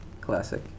classic